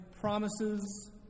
promises